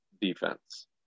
defense